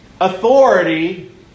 authority